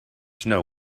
snow